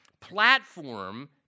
platform